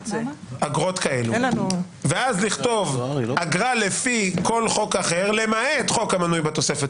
אגרות כאלו ואז לכתוב: אגרה לפי כל חוק אחר למעט חוק המנוי בתוספת